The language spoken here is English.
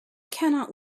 cannot